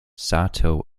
sato